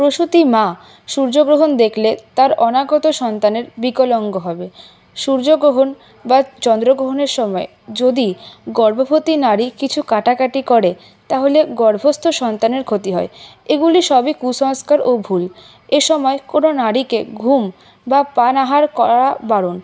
প্রসূতি মা সূর্যগ্রহণ দেখলে তার অনাগত সন্তানের বিকলাঙ্গ হবে সূর্যগ্রহণ বা চন্দ্রগ্রহণের সময় যদি গর্ভবতী নারী কিছু কাটাকাটি করে তাহলে গর্ভস্থ সন্তানের ক্ষতি হয় এগুলি সবই কুসংস্কার ও ভুল এ সময় কোন নারীকে ঘুম বা পানাহার করা বারণ